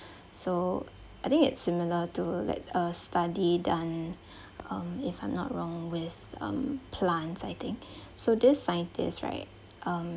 so I think it's similar to like a study done um if I'm not wrong with um plants I think so this scientist right um